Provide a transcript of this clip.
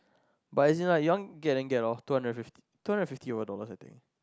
but as in like you want get then get loh two hundred and hundred fifty two hundred and fifty over dollars I think